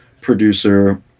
producer